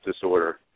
disorder